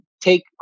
take